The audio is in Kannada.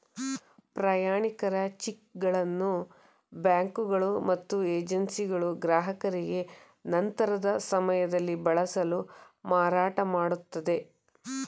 ಪ್ರಯಾಣಿಕರ ಚಿಕ್ಗಳನ್ನು ಬ್ಯಾಂಕುಗಳು ಮತ್ತು ಏಜೆನ್ಸಿಗಳು ಗ್ರಾಹಕರಿಗೆ ನಂತರದ ಸಮಯದಲ್ಲಿ ಬಳಸಲು ಮಾರಾಟಮಾಡುತ್ತದೆ